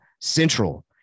central